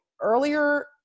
earlier